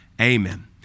Amen